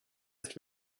ist